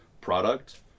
product